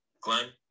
Glenn